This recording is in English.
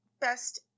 best